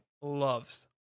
loves